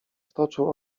stoczył